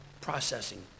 processing